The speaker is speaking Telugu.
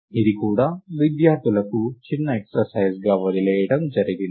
ఇది కూడా విద్యార్థులకు చిన్న ఎక్స్ర్సైజ్ గా వదిలేయడం జరిగింది